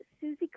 Susie